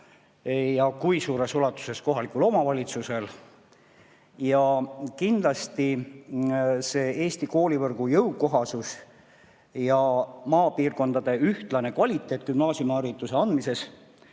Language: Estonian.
ja kui suures ulatuses kohalikul omavalitsusel. Kindlasti on Eesti koolivõrgu jõukohasus ja maapiirkondade ühtlane kvaliteet gümnaasiumihariduse andmisel